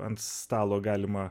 ant stalo galima